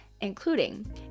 including